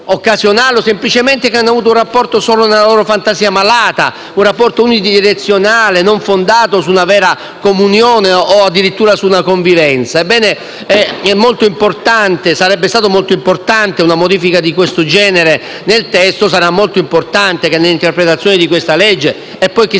semplicemente hanno avuto un rapporto solo nella loro fantasia malata, unidirezionale, non fondato su una vera comunione o addirittura su una convivenza. Sarebbe stata molto importante una modifica di questo genere nel testo e sarà molto importante che, nell'interpretazione di questa legge, e poi - chissà -